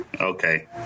Okay